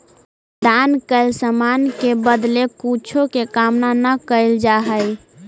दान कैल समान के बदले कुछो के कामना न कैल जा हई